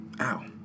Ow